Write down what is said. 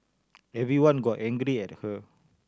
everyone got angry at her